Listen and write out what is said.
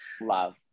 Love